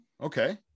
okay